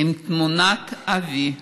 עם תמונת אבי,